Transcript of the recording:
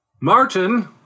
Martin